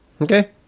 Okay